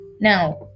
Now